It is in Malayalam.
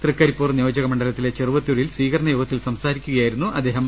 തൃക്കരിപ്പൂർ നിയോജക മണ്ഡലത്തിലെ ചെറുവത്തൂരിൽ സ്വീക രണയോഗത്തിൽ സംസാരിക്കുകയായിരുന്നു അദ്ദേഹം